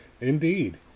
Indeed